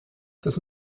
das